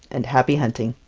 and happy hunting!